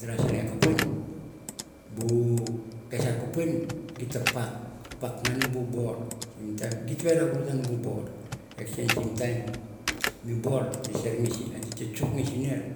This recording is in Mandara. kes nue nge kupiuan kesar kupiuan git te pak ngan bu bor, agsen sim time bu bor git tem no chock ne sinar